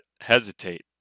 hesitate